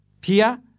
Pia